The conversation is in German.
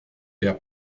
der